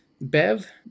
Bev